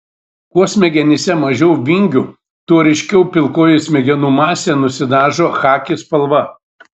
kuo smegenyse mažiau vingių tuo ryškiau pilkoji smegenų masė nusidažo chaki spalva